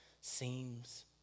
seems